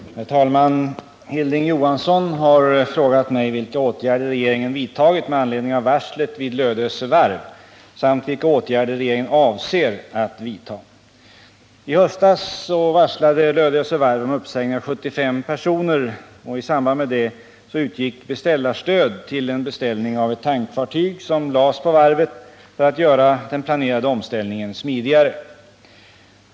Herr talman! Hilding Johansson har frågat mig vilka åtgärder regeringen vidtagit med anledning av varslet vid Lödöse Varf samt vilka åtgärder regeringen avser att vidta. I höstas varslade Lödöse Varf om uppsägning av 75 personer. I samband med detta utgick beställarstöd till en beställning av ett tankfartyg som lades på varvet för att göra den planerade omställningen smidigare.